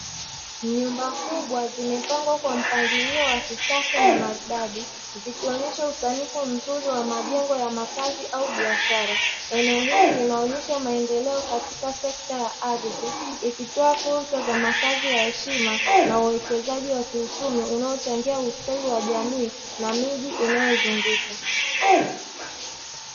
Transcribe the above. Nyumba kubwa zimepangwa kwa mpangilio wa kisasa na maridadi, zikionyesha usanifu mzuri wa majengo ya makazi au biashara. Eneo hili linaonyesha maendeleo katika sekta ya ardhi, ikitoa fursa za makazi ya heshima na uwekezaji wa kiuchumi unaochangia ustawi wa jamii na miji inayozunguka.